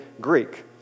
Greek